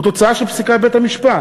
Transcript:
הוא תוצאה של פסיקת בית-המשפט.